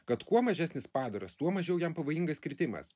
kad kuo mažesnis padaras tuo mažiau jam pavojingas kritimas